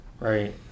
Right